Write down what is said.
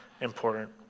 important